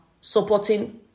supporting